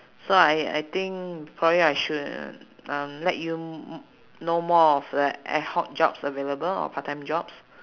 so I I think probably I should um let you m~ know more of the like ad hoc jobs available or part time jobs